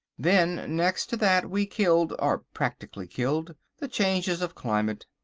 then next to that we killed, or practically killed, the changes of climate.